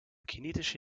kinetische